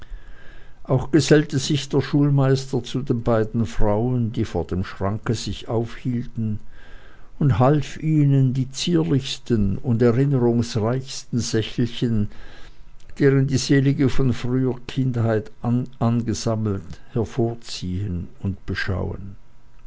auch gesellte sich der schulmeister zu den beiden frauen die vor dem schranke sich aufhielten und half ihnen die zierlichsten und erinnerungsreichsten sächelchen deren die selige von früher kindheit an gesammelt hervorziehen und beschauen